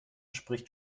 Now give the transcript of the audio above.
spricht